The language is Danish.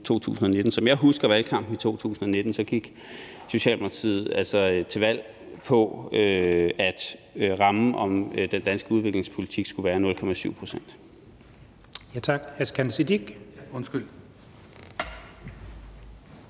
Som jeg husker valgkampen i 2019, gik Socialdemokratiet altså til valg på, at rammen om den danske udviklingspolitik skulle være 0,7 pct.